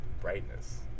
brightness